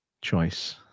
choice